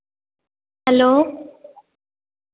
hello